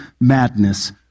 madness